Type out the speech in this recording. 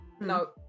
no